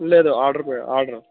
లేదు ఆర్డర్ పో ఆర్డరు